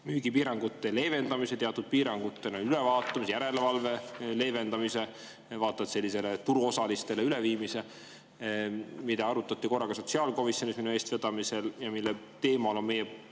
piirangute leevendamise, teatud piirangute ülevaatamise, järelevalve leevendamise, vaata et selle turuosalistele üleviimise. Seda arutati sotsiaalkomisjonis minu eestvedamisel ja sel teemal on meie,